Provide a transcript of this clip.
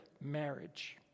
marriage